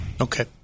Okay